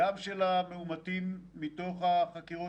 אז אני רוצה להתייחס לשינוי שקרה.